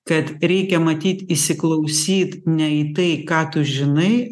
kad reikia matyt įsiklausyt ne į tai ką tu žinai